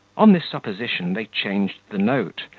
on this supposition, they changed the note,